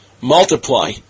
multiply